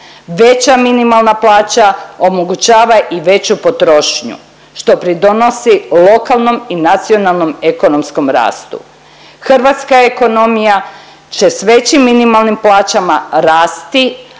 Veća minimalna plaća omogućava i veću potrošnju što pridonosi lokalnom i nacionalnom ekonomskom rastu. Hrvatska ekonomija će s većim minimalnim plaćama rasti,